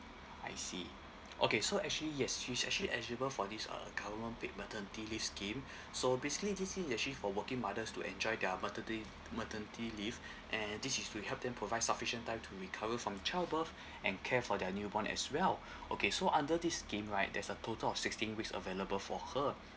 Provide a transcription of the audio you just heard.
I see okay so actually yes she's actually eligible for this uh government paid maternity leave scheme so basically this scheme is actually for working mothers to enjoy their materni~ maternity leave and this is to help them provide sufficient time to recover from childbirth and care for their newborn as well okay so under this scheme right there's a total of sixteen weeks available for her